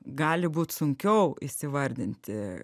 gali būt sunkiau įsivardinti